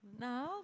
No